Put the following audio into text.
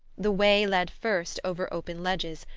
the way led first over open ledges,